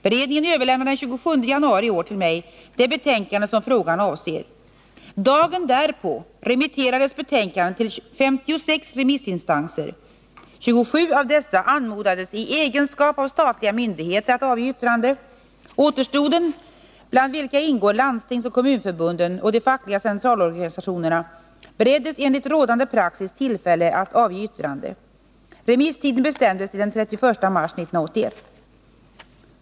Beredningen överlämnade den 27 januari i år till mig det betänkande som frågan avser. Dagen därpå remitterades betänkandet till 56 remissinstanser. 27 av dessa 3 anmodades i egenskap av statliga myndigheter att avge yttrande. Återstoden, bland vilka ingår Landstingsförbundet, Kommunförbundet och de fackliga centralorganisationerna, bereddes enligt rådande praxis tillfälle att avge yttrande. Remisstiden bestämdes till den 31 mars 1981.